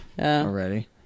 already